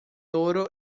oro